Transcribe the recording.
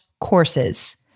courses